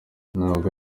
ntabwo